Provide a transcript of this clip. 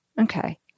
Okay